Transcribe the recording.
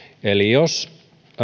eli jos